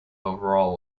overall